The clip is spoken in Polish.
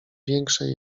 większe